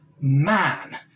man